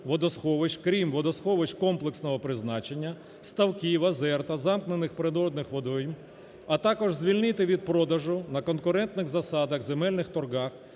крім водосховищ комплексного призначення: ставків, озер та замкнених природних водойм А також звільнити від продажу на конкурентних засадах земельних торгах